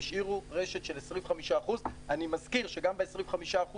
והשאירו רשת של 25%. אני מזכיר שגם ב-25%